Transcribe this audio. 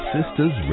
Sisters